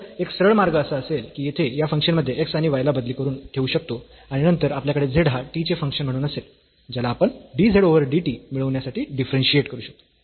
तर एक सरळ मार्ग असा असेल की येथे या फंक्शन मध्ये x आणि y ला बदली करून ठेवू शकतो आणि नंतर आपल्याकडे z हा t चे फंक्शन म्हणून असेल ज्याला आपण dz ओव्हर dt मिळविण्यासाठी डिफरन्शियेट करू शकतो